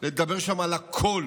לדבר שם על הכול